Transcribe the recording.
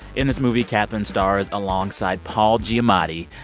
in this movie, kathryn stars alongside paul giamatti.